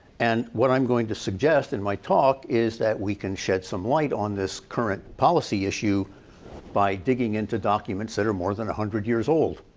and what i am going to suggest in my talk is that we can shed some light on this current policy issue by digging into documents that are more than one hundred years old.